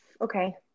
Okay